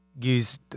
Use